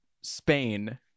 Spain